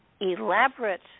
elaborate